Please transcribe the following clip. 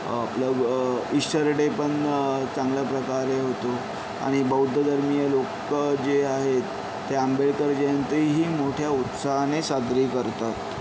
आपलं Easter day पण चांगल्या प्रकारे होतो आणि बौद्ध धर्मीय लोकं जे आहेत ते आंबेडकर जयंतीही मोठ्या उत्साहाने साजरी करतात